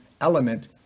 element